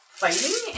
fighting